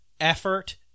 effort